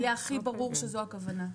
שזה יהיה הכי ברור שזו הכוונה.